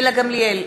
גילה גמליאל,